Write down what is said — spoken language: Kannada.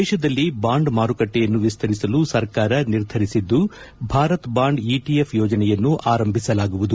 ದೇಶದಲ್ಲಿ ಬಾಂಡ್ ಮಾರುಕಟ್ಟೆಯನ್ನು ವಿಸ್ತರಿಸಲು ಸರ್ಕಾರ ನಿರ್ಧರಿಸಿದ್ದು ಭಾರತ್ ಬಾಂಡ್ ಇಟಿಎಫ್ ಯೋಜನೆಯನ್ನು ಆರಂಭಿಸಲಾಗುವುದು